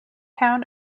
town